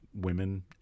women